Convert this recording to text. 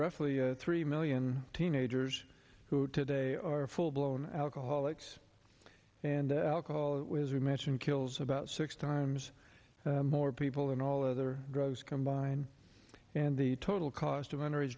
roughly three million teenagers who today are full blown alcoholics and alcohol as we mentioned kills about six times more people than all other drugs combined and the total cost of